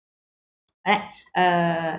alright err